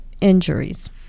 injuries